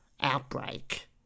outbreak